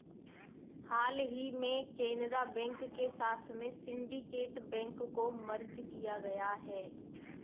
हाल ही में केनरा बैंक के साथ में सिन्डीकेट बैंक को मर्ज किया गया है